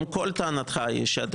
אם כל טענתך היא, שאתם